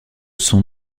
son